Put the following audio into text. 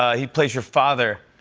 ah he plays your father.